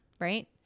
right